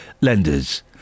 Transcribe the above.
lenders